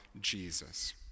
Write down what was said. Jesus